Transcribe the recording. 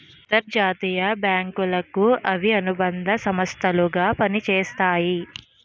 అంతర్జాతీయ బ్యాంకులకు ఇవి అనుబంధ సంస్థలు గా పనిచేస్తాయి